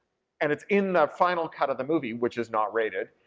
and it's in the final cut of the movie, which is not rated,